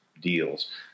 deals